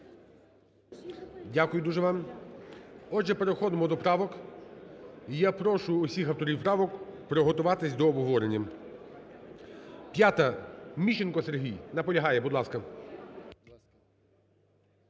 Дякую дуже вам. Отже, переходимо до правок. І я прошу усіх авторів правок приготуватися до обговорення. 5-а, Міщенко Сергій. Наполягає. Будь ласка.